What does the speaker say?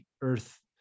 Earth